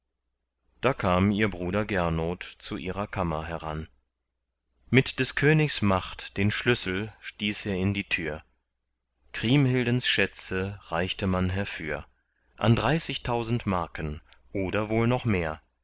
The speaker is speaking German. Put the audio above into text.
da kam ihr bruder gernot zu ihrer kammer heran mit des königs macht den schlüssel stieß er in die tür kriemhildens schätze reichte man herfür an dreißigtausend marken oder wohl noch mehr